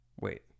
Wait